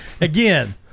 again